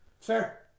Fair